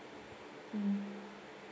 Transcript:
mm